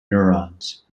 neurons